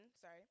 sorry